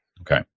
Okay